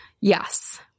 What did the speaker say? Yes